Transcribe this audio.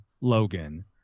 Logan